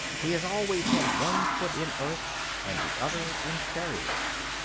he has always had one foot in earth and the other in fairyland.